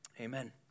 amen